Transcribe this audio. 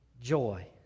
joy